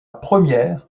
première